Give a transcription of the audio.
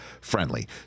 friendly